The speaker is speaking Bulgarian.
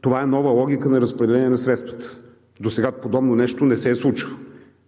Това е нова логика на разпределение на средствата. Досега подобно нещо не се е случвало.